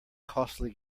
costly